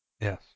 Yes